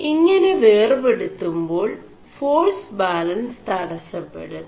ഇÆെന േവർെçടുøുേ2ാൾ force balance തടøെçടും